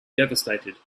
devastated